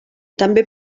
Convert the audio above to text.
també